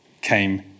came